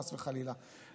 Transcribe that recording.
חס וחלילה,